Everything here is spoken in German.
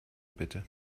bitte